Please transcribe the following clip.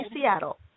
Seattle